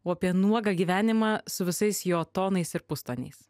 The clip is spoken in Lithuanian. o apie nuogą gyvenimą su visais jo tonais ir pustoniais